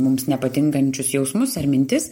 mums nepatinkančius jausmus ir mintis